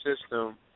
system